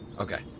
Okay